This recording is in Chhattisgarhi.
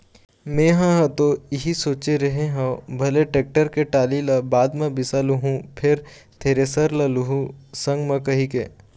मेंहा ह तो इही सोचे रेहे हँव भले टेक्टर के टाली ल बाद म बिसा लुहूँ फेर थेरेसर ल लुहू संग म कहिके